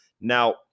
Now